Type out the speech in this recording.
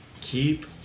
keep